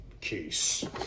Case